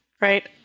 Right